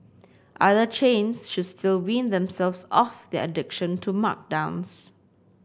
other chains should still wean themselves off of their addiction to markdowns